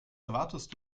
erwartest